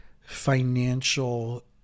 financial